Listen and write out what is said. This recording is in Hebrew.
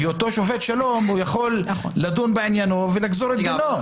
בהיותו שופט שלום יכול לדון בעניינו ולגזור את דינו,